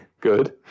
Good